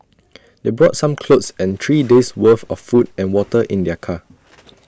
they brought some clothes and three days' worth of food and water in their car